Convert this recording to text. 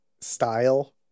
style